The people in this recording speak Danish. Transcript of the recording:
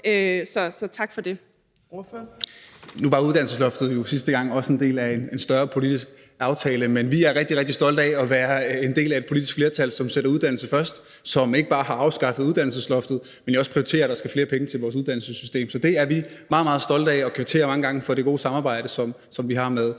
Så tak for det.